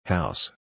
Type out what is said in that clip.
House